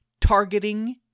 targeting